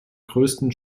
größten